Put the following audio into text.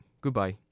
Goodbye